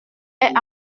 est